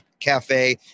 Cafe